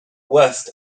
west